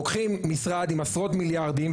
לוקחים משרד עם עשרות מיליארדים,